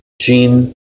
gene